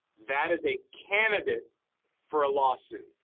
that is a candidate for a lawsuit.